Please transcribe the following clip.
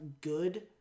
good